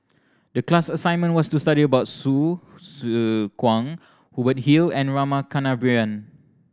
the class assignment was to study about Hsu Tse Kwang Hubert Hill and Rama Kannabiran